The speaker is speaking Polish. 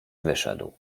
wyszedł